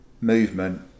movement